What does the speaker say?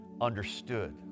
understood